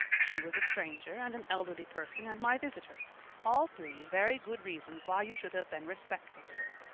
she was a stranger and an elderly person and my visitor all three very good reasons why you should have been respectful to her.